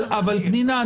פנינה,